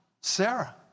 Sarah